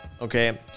Okay